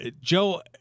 Joe